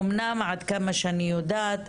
אמנם עד כמה שאני יודעת,